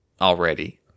already